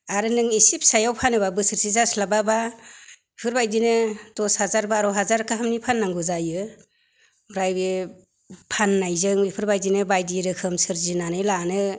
आरो नों एसे फिसायाव फानोबा बोसोरसे जास्लाबाबा बेफोरबायदिनो दस हाजार बार' हाजार गाहामनि फाननांगौ जायो ओमफ्राय बे फाननायजों बेफोरबायदिनो बायदि रोखोम सोरजिनानै लानो